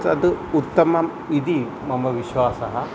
तद् उत्तमम् इति मम विश्वासः